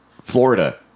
florida